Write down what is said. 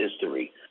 history